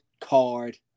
card